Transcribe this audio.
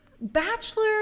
Bachelor